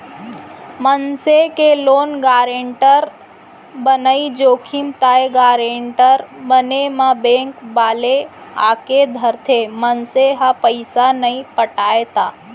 मनसे के loan guarantor बनई जोखिम ताय गारेंटर बने म बेंक वाले आके धरथे, मनसे ह पइसा नइ पटाय त